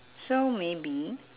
so maybe